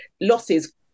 losses